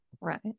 Right